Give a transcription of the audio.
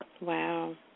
Wow